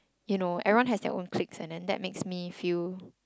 you know everyone has their own cliques and then that makes me feel